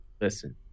Listen